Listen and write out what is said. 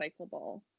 recyclable